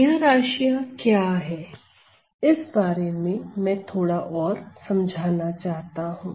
यह राशियों क्या है इस बारे में मैं थोड़ा और समझाना चाहता हूं